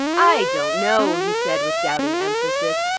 i don't know, he said with doubting emphasis.